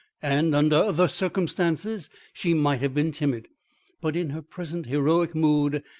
and under other circumstances she might have been timid but in her present heroic mood,